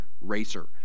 racer